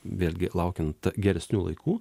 vėlgi laukiant geresnių laikų